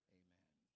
amen